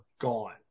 gone